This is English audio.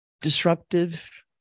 disruptive